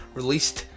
released